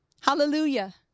hallelujah